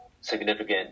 significant